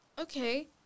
Okay